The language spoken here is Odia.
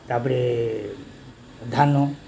ତାପରେ ଧାନ